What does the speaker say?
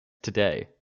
today